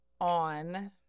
on